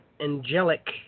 angelic